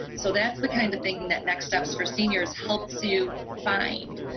so that's the kind of thing that next steps four seniors helps you find,